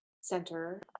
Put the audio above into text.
Center